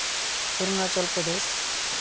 Arunachal Pradesh